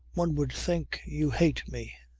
one would think you hate me.